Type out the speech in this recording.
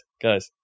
guys